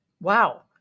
Wow